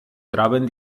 troben